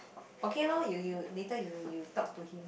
okay loh you you later you you talk to him